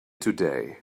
today